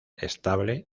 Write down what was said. estable